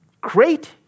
great